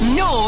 no